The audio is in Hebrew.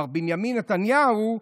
מר בנימין נתניהו,